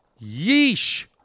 Yeesh